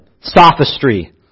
sophistry